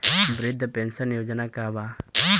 वृद्ध पेंशन योजना का बा?